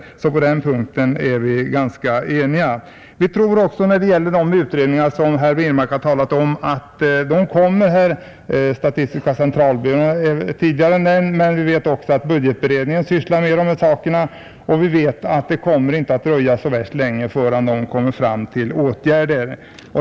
På den punkten är vi således ganska eniga. också att de kommer, Statistiska centralbyrån är tidigare nämnd, men vi vet också att budgetberedningen sysslar med de här sakerna och det dröjer säkert inte så länge innan man kommer fram till åtgärder.